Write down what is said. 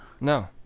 No